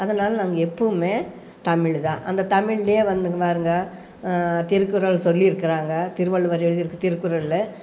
அதனால நாங்கள் எப்பவும் தமிழ் தான் அந்த தமிழ்லே வந்துங்க பாருங்க திருக்குறள் சொல்லிருக்கறாங்க திருவள்ளுவர் எழுத்திருக்கு திருக்குறளில்